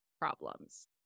problems